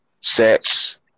sets